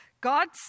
God's